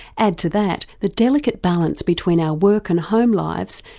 add to that the delicate balance between our work and home lives,